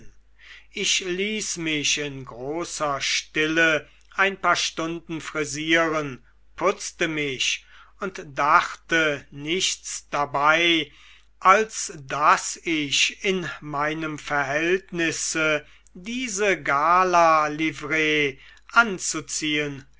ich ließ mich in großer stille ein paar stunden frisieren putzte mich und dachte nichts dabei als daß ich in meinem verhältnisse diese galalivree anzuziehen